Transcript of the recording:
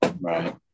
right